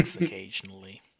occasionally